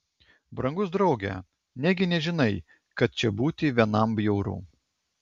brangus drauge negi nežinai kad čia būti vienam bjauru